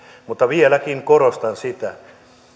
mutta vieläkin korostan sitä